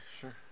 sure